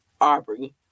Aubrey